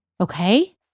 Okay